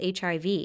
HIV